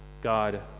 God